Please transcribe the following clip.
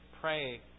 pray